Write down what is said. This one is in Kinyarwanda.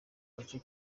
gace